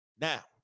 Now